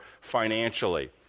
financially